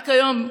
רק היום,